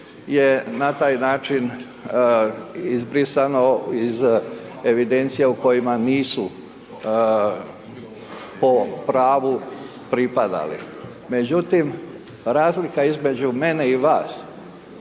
je na taj način izbrisano iz evidencije u kojima nisu po pravu pripadali. Međutim, razlika između mene i vas